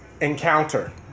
encounter